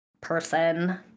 person